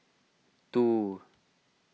two